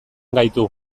gaitu